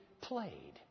played